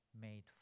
made